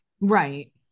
right